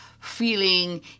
feeling